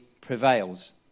prevails